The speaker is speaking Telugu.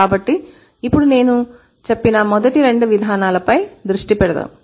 కాబట్టి ఇప్పుడు నేను చెప్పిన మొదటి రెండు విధానాలపై దృష్టి పెడదాం